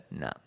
no